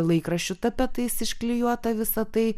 laikraščių tapetais išklijuota visa tai